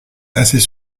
assez